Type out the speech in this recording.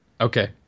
Okay